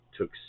took